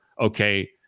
okay